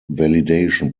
validation